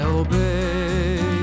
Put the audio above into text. obey